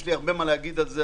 יש לי הרבה מה לומר על זה,